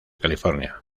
california